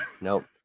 Nope